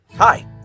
Hi